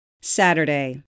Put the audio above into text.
Saturday